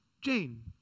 Jane